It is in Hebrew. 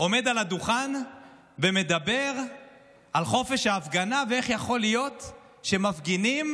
עומד על הדוכן ומדבר על חופש ההפגנה ואיך יכול להיות שמפגינים